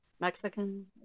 Mexican